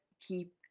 keep